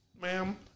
ma'am